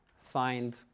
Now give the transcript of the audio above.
find